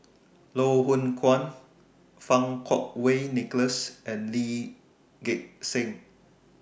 Loh Hoong Kwan Fang Kuo Wei Nicholas and Lee Gek Seng